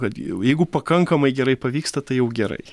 kad jau jeigu pakankamai gerai pavyksta tai jau gerai